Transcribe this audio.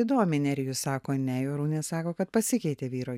įdomiai nerijus sako ne jorūnė sako kad pasikeitė vyro